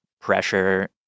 pressure